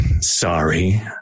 sorry